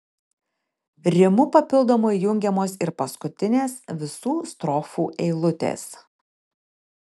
rimu papildomai jungiamos ir paskutinės visų strofų eilutės